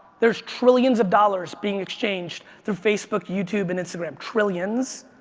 there's trillions of dollars being exchanged through facebook, youtube, and instagram. trillions.